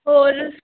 ਹੋਰ